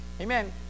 Amen